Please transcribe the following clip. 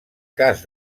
cas